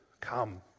Come